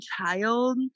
child